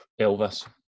Elvis